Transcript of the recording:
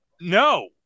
No